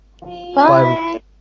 bye